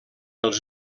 els